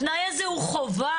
התנאי הזה הוא חובה.